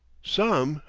some,